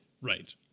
Right